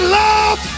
love